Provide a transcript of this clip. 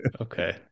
Okay